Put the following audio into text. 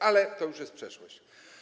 Ale to już jest przeszłość.